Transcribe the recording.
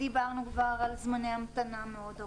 דיברנו כבר על זמני המתנה מאוד ארוכים.